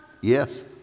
Yes